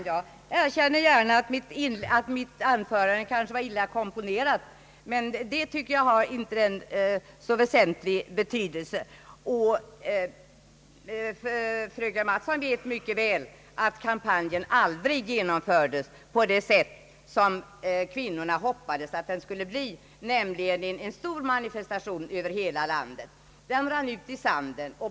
Herr talman! Jag erkänner gärna att mitt anförande kanske var illa komponerat, men det tycker jag inte har så väsentlig betydelse. Fröken Mattson vet mycket väl att kampanjen aldrig genomfördes så som kvinnorna hoppats, nämligen som en stor manifestation över hela landet. Den rann ut i sanden.